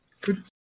Good